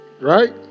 Right